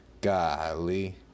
golly